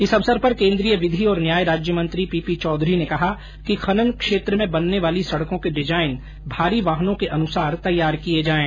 इस अवसर पर केन्द्रीय विधि और न्याय राज्यमंत्री पीपी चौधरी ने कहा कि खनन क्षेत्र में बनने वाली सड़कों के डिजाइन भारी वाहनों के अनुसार तैयार किये जाये